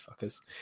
fuckers